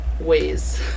ways